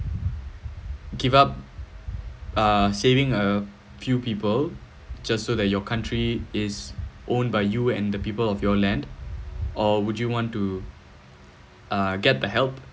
give up uh saving a few people just so that your country is owned by you and the people of your land or would you want to uh get the help